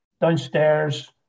Downstairs